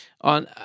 on